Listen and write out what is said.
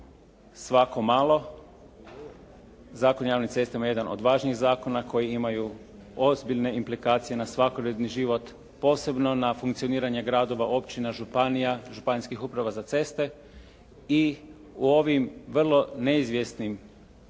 svako malo, Zakon o javnim cestama je jedan od važnijih zakona koji imaju ozbiljne implikacije na svakodnevni život posebno na funkcioniranje gradova, općina, županija, županijskih uprava za ceste i u ovim vrlo neizvjesnim